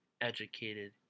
educated